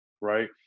right